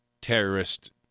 terrorist